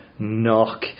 knock